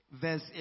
Verse